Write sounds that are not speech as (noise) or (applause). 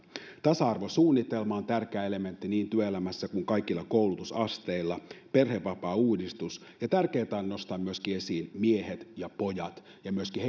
tasa arvosuunnitelma on tärkeä elementti niin työelämässä kuin kaikilla koulutusasteilla perhevapaauudistus ja tärkeätä on myöskin nostaa esiin miehet ja pojat ja myöskin (unintelligible)